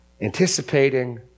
anticipating